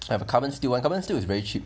I have a carbon steel [one] carbon steel is very cheap